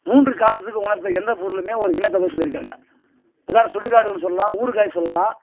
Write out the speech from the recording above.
மூன்று காலத்துக்கும் உணர்த்துகிற எந்த பொருளும் ஒரு வினைத்தொகை சொல்லிருக்காங்க உதாரணம் சுடுகாடு ஒன்று சொல்லலாம் ஊறுகாய் சொல்லலாம்